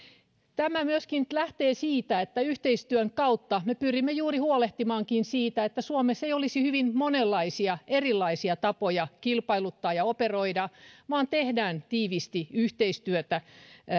tämä myöskin lähtee siitä että yhteistyön kautta me pyrimme juuri huolehtimaan siitä että suomessa ei olisi hyvin monenlaisia erilaisia tapoja kilpailuttaa ja operoida vaan että tehdään tiiviisti yhteistyötä